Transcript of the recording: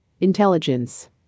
Intelligence